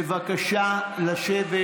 בבקשה לשבת.